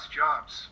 jobs